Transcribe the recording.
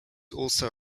also